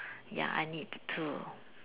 ya I need to